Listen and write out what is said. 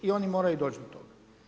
I oni moraju doći do toga.